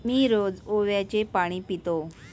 मी रोज ओव्याचे पाणी पितो